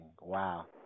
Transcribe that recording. wow